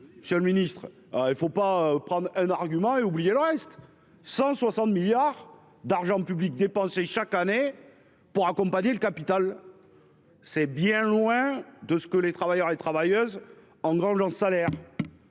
politique. Le ministre, il ne faut pas prendre un argument et oublier le reste, 160 milliards d'argent public dépensés chaque année pour accompagner le capital. C'est bien loin de ce que les travailleurs et travailleuses engrangeant salaire.